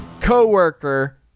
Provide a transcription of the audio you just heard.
co-worker